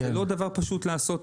זה לא דבר פשוט לעשות.